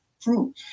true